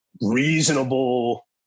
reasonable